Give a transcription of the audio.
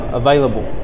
available